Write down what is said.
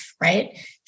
right